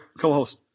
co-host